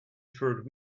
third